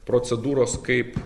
procedūros kaip